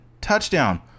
touchdown